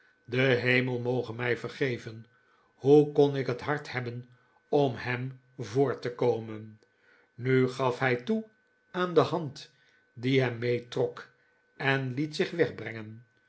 de hemel moge mij vergeven hoe kon ik het hart hebben om hem voor te komen nu gaf hij toe aan de hand die hem meetrok en liet zich wegbrengen